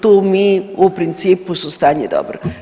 Tu mi u principu su stanje dobro.